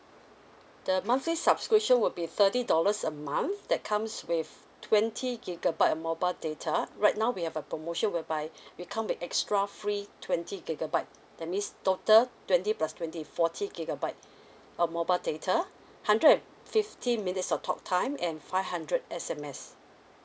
the monthly subscription will be thirty dollars a month that comes with twenty gigabyte of mobile data right now we have a promotion whereby it come with extra free twenty gigabyte that means total twenty plus twenty forty gigabyte uh mobile data hundred and fifty minutes of talk time and five hundred S_M_S